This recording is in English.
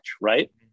right